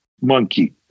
monkey